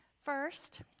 First